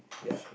ya